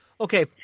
Okay